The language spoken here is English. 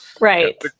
Right